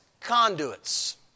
conduits